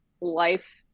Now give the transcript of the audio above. life